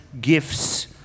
Gifts